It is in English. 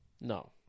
No